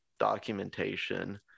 documentation